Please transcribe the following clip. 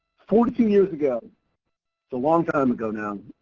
fourteen years ago it's a long time ago, now.